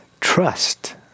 trust